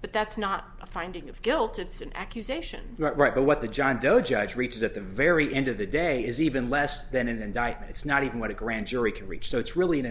but that's not a finding of guilt it's an accusation right but what the john doe judge reaches at the very end of the day is even less than an indictment it's not even what a grand jury can reach so it's really an